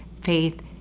faith